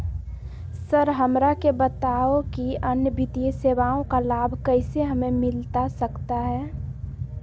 Sir हमरा के बताओ कि अन्य वित्तीय सेवाओं का लाभ कैसे हमें मिलता सकता है?